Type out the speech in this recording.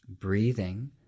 breathing